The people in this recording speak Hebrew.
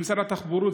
במשרד התחבורה,